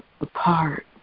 apart